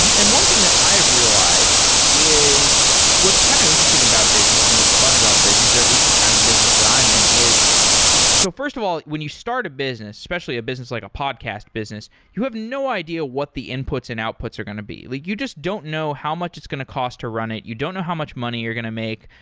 and one thing that i've realized is what's kind of interesting about business and what's fun about business or at least the kind of business that i'm in is so first of all, when you start a business, especially a business like a podcast business, you have no idea what the inputs and outputs are going to be. like you just don't know how much it's going to cost to run it. you don't know how much money you're going to make.